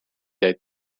jäid